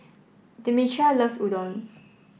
Demetria loves Udon